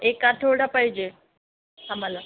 एक आठवडा पाहिजे आम्हाला